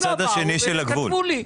הם לא באו אבל הם כתבו לי.